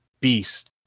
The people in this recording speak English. beast